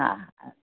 हा हा